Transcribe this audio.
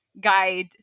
guide